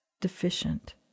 deficient